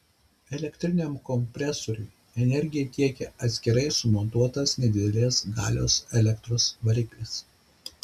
elektriniam kompresoriui energiją tiekia atskirai sumontuotas nedidelės galios elektros variklis